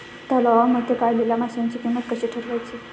तलावांमध्ये पाळलेल्या माशांची किंमत कशी ठरवायची?